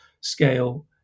scale